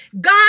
God